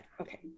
okay